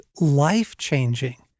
life-changing